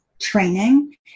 training